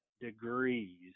Degrees